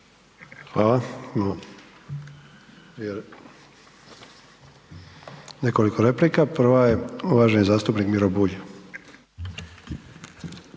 Imamo nekoliko replika, prva je uvaženi zastupnik Miro Bulj.